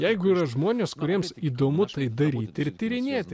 jeigu yra žmonės kuriems įdomu tai daryti ir tyrinėti